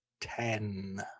Ten